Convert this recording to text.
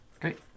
Great